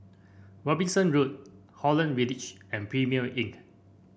Robinson Road Holland Village and Premier Inn